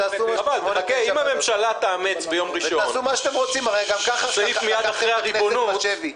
הבסיסי שאתם כמובן החלטתם בחוות הדעת,